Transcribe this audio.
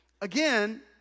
Again